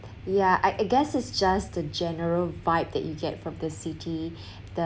yeah I guess it's just the general vibe that you get from the city the